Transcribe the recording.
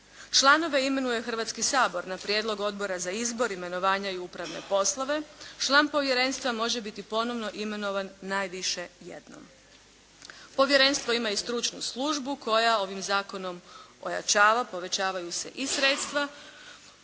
Članove imenuje Hrvatski sabor na prijedlog Odbora za izbor, imenovanja i upravne poslove. Član povjerenstva može biti ponovno imenovan najviše jednom. Povjerenstvo ima i stručnu službu koja ovim zakonom ojačava, povećavaju se i sredstva